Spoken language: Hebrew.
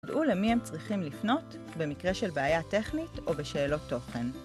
דעו למי הם צריכים לפנות במקרה של בעיה טכנית או בשאלות תוכן.